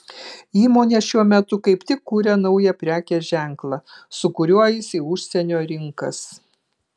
įmonė šiuo metu kaip tik kuria naują prekės ženklą su kuriuo eis į užsienio rinkas